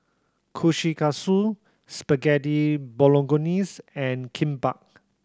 Kushikatsu Spaghetti Bolognese and Kimbap